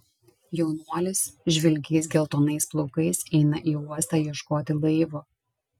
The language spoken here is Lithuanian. jaunuolis žvilgiais geltonais plaukais eina į uostą ieškoti laivo